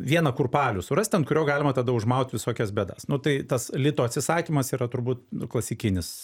vieną kurpalių surast ant kurio galima tada užmaut visokias bėdas nu tai tas lito atsisakymas yra turbūt klasikinis